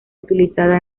utilizada